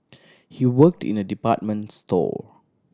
he worked in a department store